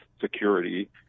security